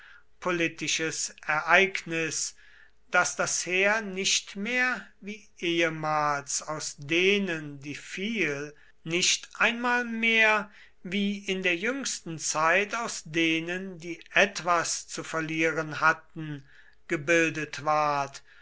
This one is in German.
politisches ereignis daß das heer nicht mehr wie ehemals aus denen die viel nicht einmal mehr wie in der jüngsten zeit aus denen die etwas zu verlieren hatten gebildet ward